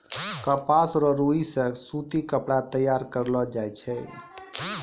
कपास रो रुई से सूती कपड़ा तैयार करलो जाय छै